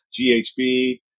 ghb